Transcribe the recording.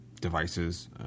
devices